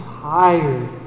tired